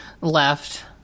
left